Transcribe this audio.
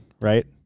Right